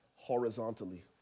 horizontally